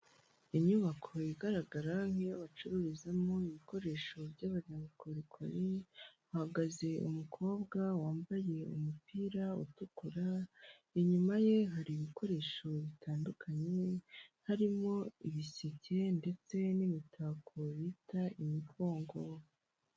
Inyubako igaragara nk'iyo bacururizamo ibikoresho by'abanyabukorikori, hahagaze umukobwa wambaye umupira utukura, inyuma ye hari ibikoresho bitandukanye, harimo ibiseke ndetse n'imitako bita imigongo.